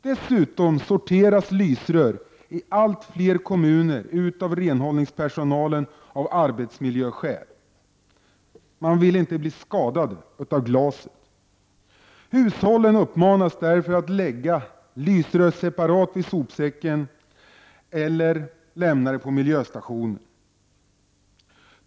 Dessutom sorteras lysrör i allt fler kommuner av renhållningspersonalen av arbetsmiljöskäl; man vill inte bli skadad av glaset. Hushållen uppmanas därför att lägga lysrören separat i sopsäckar eller lämna dem på miljöstationer.